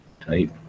Type